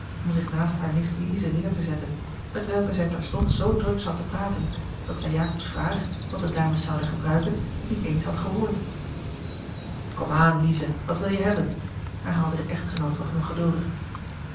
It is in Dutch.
om zich naast haar nicht lize neer te zetten met welke zij terstond zoo druk zat te praten dat zij jakobs vraag wat de dames zouden gebruiken niet eens had gehoord komaan lize wat wil je hebben herhaalde de echtgenoot wat ongeduldig